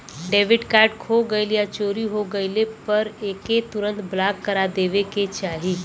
debit card खो गइल या चोरी हो गइले पर एके तुरंत ब्लॉक करा देवे के चाही